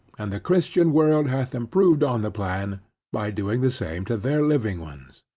and the christian world hath improved on the plan by doing the same to their living ones.